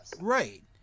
Right